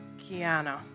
Kiana